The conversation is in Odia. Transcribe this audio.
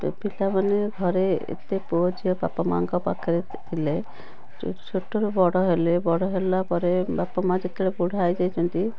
ତ ପିଲାମାନେ ଘରେ ଏତେ ପୁଅଝିଅ ବାପା ମାଁଙ୍କ ପାଖରେ ଥିଲେ ଛୋଟରୁ ବଡ଼ ହେଲେ ବଡ଼ ହେଲା ପରେ ବାପା ମାଁ ଯେତେବେଳେ ବୁଢ଼ା ହେଇଯାଇଛନ୍ତି